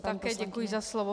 Také děkuji za slovo.